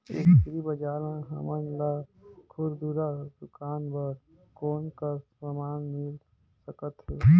Agri बजार म हमन ला खुरदुरा दुकान बर कौन का समान मिल सकत हे?